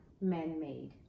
man-made